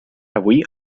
avui